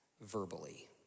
verbally